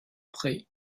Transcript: prés